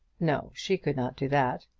no she could not do that.